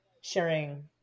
sharing